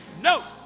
no